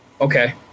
okay